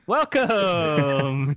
Welcome